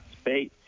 space